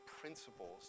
principles